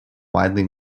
widely